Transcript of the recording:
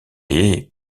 est